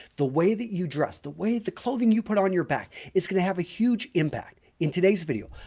the way that you dress the way the clothing you put on your back is going to have a huge impact. in today's video,